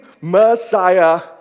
Messiah